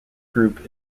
group